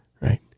right